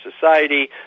society